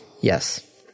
Yes